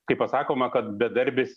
kai pasakoma kad bedarbis